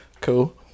Cool